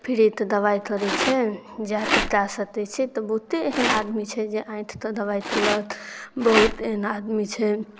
फ्रीते दवाइ तरै छै जा तऽ तए सकै छै तऽ बहुते एहन आदमी छै जे आँथिते दवाइ तेलक बहुत एहन आदमी छै